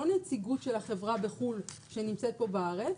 נציגות של החברה בחו"ל שנמצאת פה בארץ,